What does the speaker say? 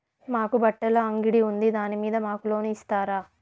మాకు బట్టలు అంగడి ఉంది దాని మీద మాకు లోను ఇస్తారా